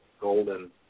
golden